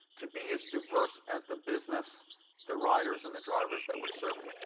to be as diverse as the business the riders and the drivers that we're serving.